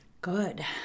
good